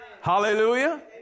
Hallelujah